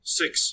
six